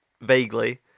vaguely